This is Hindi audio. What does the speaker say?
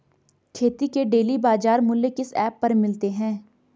खेती के डेली बाज़ार मूल्य किस ऐप पर मिलते हैं?